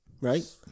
Right